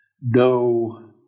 no